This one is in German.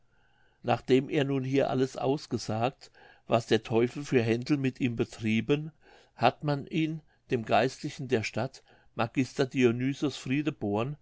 nachdem er nun hier alles ausgesagt was der teufel für händel mit ihm betrieben hat man ihn dem geistlichen der stadt magister